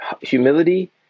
Humility